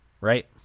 Right